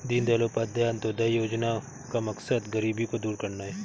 दीनदयाल उपाध्याय अंत्योदय योजना का मकसद गरीबी को दूर करना है